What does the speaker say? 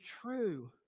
true